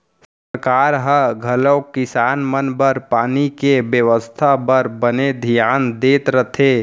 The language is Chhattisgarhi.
सरकार ह घलौक किसान मन बर पानी के बेवस्था बर बने धियान देत रथे